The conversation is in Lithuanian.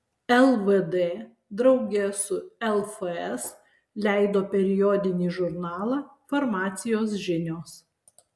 lvd drauge su lfs leido periodinį žurnalą farmacijos žinios